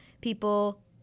people